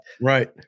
right